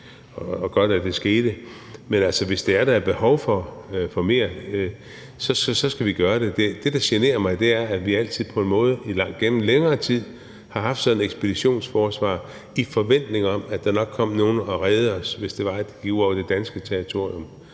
var godt, at det skete. Men altså, hvis det er, at der er behov for mere, så skal vi gøre det. Det, der generer mig, er, at vi på en måde igennem længere tid har haft sådan et ekspeditionsforsvar i forventning om, at der nok kom nogle og reddede os, hvis det gik ud over det danske territorium